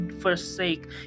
forsake